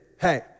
hey